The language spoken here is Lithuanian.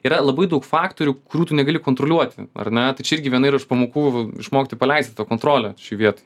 yra labai daug faktorių kurių tu negali kontroliuoti ar ne tai čia irgi yra viena iš pamokų išmokti paleisti tą kontrolę šioj vietoj